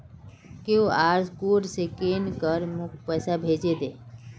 QR code scan करे मोक पैसा भेजे दे